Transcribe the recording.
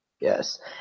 yes